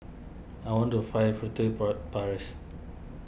I want to fire Furtere Paris